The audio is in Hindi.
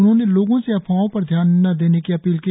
उन्होंने लोगो से अफवाहों पर ध्यान न देने की अपील की